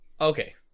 Okay